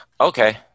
Okay